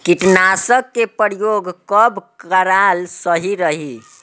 कीटनाशक के प्रयोग कब कराल सही रही?